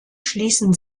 schließen